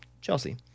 Chelsea